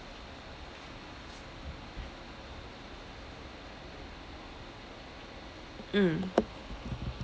mm